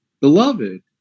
Beloved